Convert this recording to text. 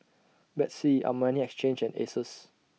Betsy Armani Exchange and Asus